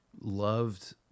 loved